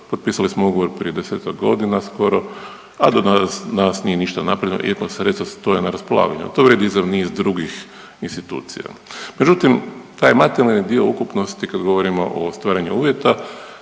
Potpisali smo ugovor prije deseta godina skoro, a do danas nije ništa napravljeno iako sredstva stoje na raspolaganju. To vrijedi i za niz drugih institucija. Međutim, taj materijalni dio ukupnosti kad govorimo o ostvarenju uvjeta